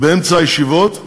באמצע הישיבות,